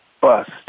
bust